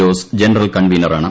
Jose general കൺവീനറാണ്